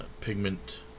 pigment